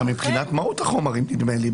גם מבחינת מהות החומרים, נדמה לי.